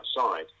outside